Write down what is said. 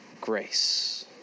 grace